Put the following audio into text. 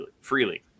freely